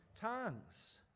tongues